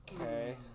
Okay